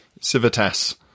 civitas